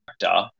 character